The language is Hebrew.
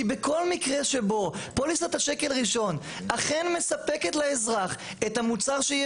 כי בכל מקרה שבו פוליסת השקל ראשון אכן מספקת לאזרח את המוצר שהיא